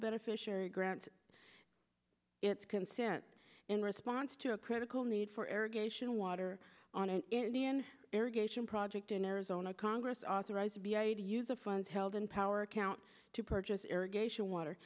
beneficiary grants its consent in response to a critical need for geisha in water on an indian irrigation project in arizona congress authorized to use of funds held in power account to purchase irrigation water